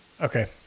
Okay